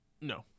No